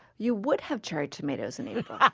you would have cherry tomatoes in april,